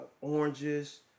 oranges